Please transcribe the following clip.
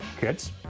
Kids